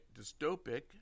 dystopic